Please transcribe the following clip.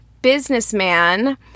businessman